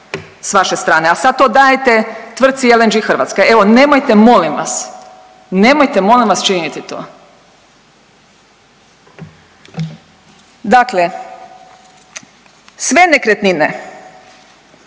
s vaše strane, a sada to dajete tvrtki LNG-e Hrvatska. Evo nemojte molim vas, nemojte molim vas činiti to. Dakle, sve nekretnine